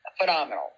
phenomenal